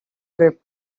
trip